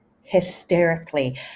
hysterically